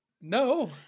No